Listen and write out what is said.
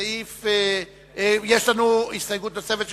גם לסעיף 38 אין הסתייגויות.